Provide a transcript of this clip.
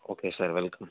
okay sir welcome